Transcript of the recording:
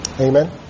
Amen